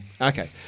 Okay